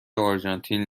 آرژانتین